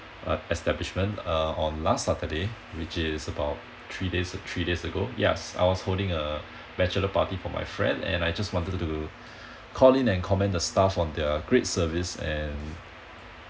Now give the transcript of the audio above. uh establishment uh on last saturday which is about three days three days ago yes I was holding a bachelor party for my friend and I just wanted to call in and commend the staff on their great service and